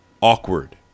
awkward